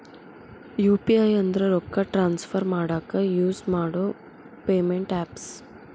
UPI ಅಂದ್ರ ರೊಕ್ಕಾ transfer ಮಾಡಾಕ ಯುಸ್ ಮಾಡೋ ಪೇಮೆಂಟ್ ಆಪ್ಸ್